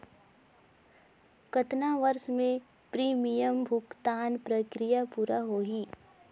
कतना वर्ष मे प्रीमियम भुगतान प्रक्रिया पूरा होही?